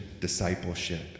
discipleship